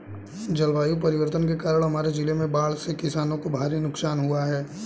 जलवायु परिवर्तन के कारण हमारे जिले में बाढ़ से किसानों को भारी नुकसान हुआ है